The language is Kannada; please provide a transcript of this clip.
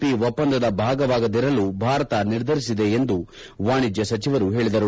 ಪಿ ಒಪ್ಪಂದದ ಭಾಗವಾಗದಿರಲು ಭಾರತ ನಿರ್ಧರಿಸಿದೆ ಎಂದು ವಾಣಿಜ್ಯ ಸಚಿವರು ಹೇಳಿದರು